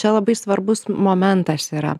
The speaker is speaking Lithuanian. čia labai svarbus momentas yra